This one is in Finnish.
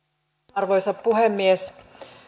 arvoisa puhemies